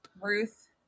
Ruth